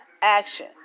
action